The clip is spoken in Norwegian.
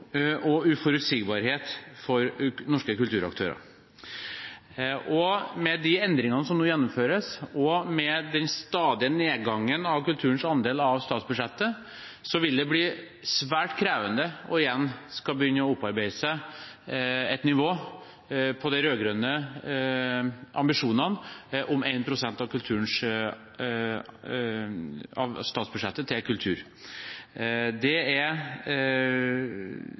og uforutsigbarhet for norske kulturaktører. Med de endringene som nå gjennomføres, og med den stadige nedgangen i kulturens andel av statsbudsjettet, vil det bli svært krevende igjen å skulle begynne å opparbeide seg til de rød-grønnes nivå – med ambisjonen om 1 pst. av statsbudsjettet til kultur. Det er